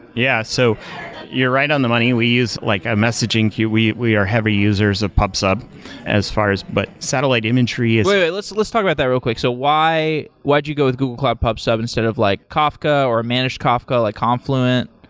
yeah. so you're right on the money. we use like a messaging queue. we we are heavy users of pub sub as far as but satellite imagery is wait, wait. let's let's talk about that real quick. so why why did you go with google cloud pub sub, instead of like kafka or managed kafka, like confluent?